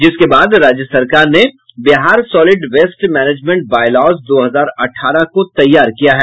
जिसके बाद राज्य सरकार ने Bihar solid waste management bylaws दो हजार अठारह को तैयार किया है